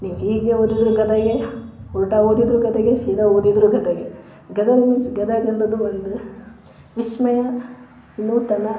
ನೀವು ಹೀಗೆ ಓದಿದರೂ ಗದಗೇ ಉಲ್ಟಾ ಓದಿದರೂ ಗದಗೇ ಸೀದಾ ಓದಿದರೂ ಗದಗೇ ಗದಗ ಮೀನ್ಸ್ ಗದಗ ಅನ್ನೊದು ಒಂದು ವಿಸ್ಮಯ ವಿನೂತನ